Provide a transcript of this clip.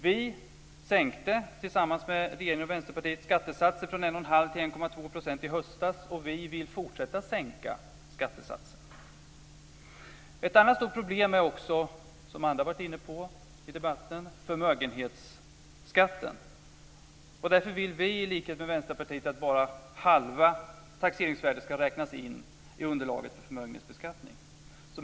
Vi sänkte tillsammans med regeringen och Vänsterpartiet skattesatsen från 1 1⁄2 % till 1,2 % i höstas, och vi vill fortsätta att sänka skattesatsen. Ett annat stort problem, som andra har varit inne på i debatten, är förmögenhetsskatten. Därför vill vi i likhet med Vänsterpartiet att bara halva taxeringsvärdet ska räknas in i underlaget för förmögenhetsbeskattning.